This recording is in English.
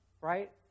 Right